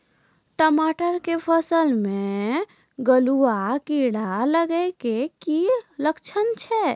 टमाटर के फसल मे गलुआ कीड़ा लगे के की लक्छण छै